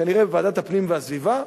כנראה ועדת הפנים והגנת הסביבה,